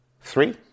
Three